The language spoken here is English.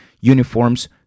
uniforms